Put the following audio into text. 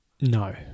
No